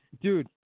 dude